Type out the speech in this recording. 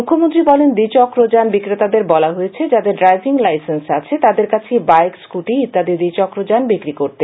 মুখ্যমন্ত্রী বলেন দ্বিচক্র যান বিক্রেতাদের বলা হয়েছে যাদের ড্রাইভিং লাইসেন্স আছে তাদের কাছেই বাইক স্কুটি ইত্যাদি দ্বিচক্র যান বিক্রি করতে